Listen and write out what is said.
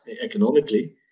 economically